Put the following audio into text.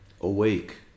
awake